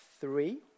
three